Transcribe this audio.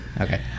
Okay